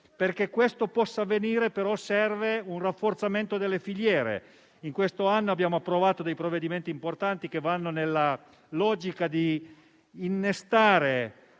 Perché questo possa avvenire, però, serve un rafforzamento delle filiere. Questo anno abbiamo approvato provvedimenti importanti, che vanno nella logica di innestare